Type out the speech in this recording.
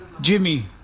Jimmy